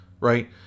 right